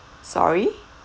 sorry